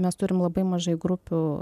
mes turim labai mažai grupių